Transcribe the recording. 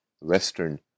Western